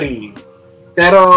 Pero